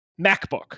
MacBook